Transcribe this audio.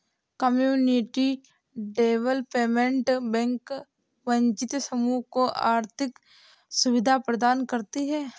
community development bank वंचित समूह को आर्थिक सुविधा प्रदान करती है